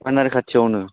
बारनार खाथियावनो